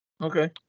Okay